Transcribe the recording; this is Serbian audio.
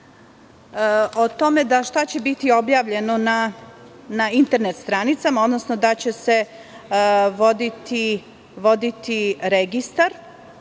o tome šta će biti objavljeno na internet stranicama, odnosno da će se voditi registar